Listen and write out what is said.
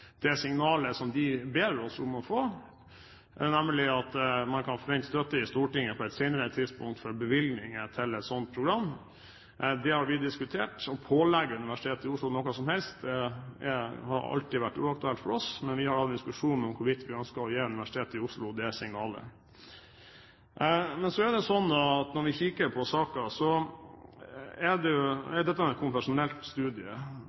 det signalet som de ber oss om å få, nemlig at man på et senere tidspunkt kan forvente støtte i Stortinget for bevilgninger til et slikt program. Det har vi diskutert. Å pålegge Universitetet i Oslo noe som helst har alltid vært uaktuelt for oss, men vi har hatt en diskusjon om hvorvidt vi ønsker å gi Universitetet i Oslo det signalet. Men når vi kikker på saken, ser vi at dette er et konfesjonelt studium. Jeg synes at vi